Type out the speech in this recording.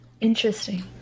Interesting